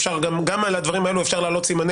גם על הדברים האלה אפשר להעלות סימני